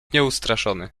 nieustraszony